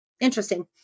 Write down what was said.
Interesting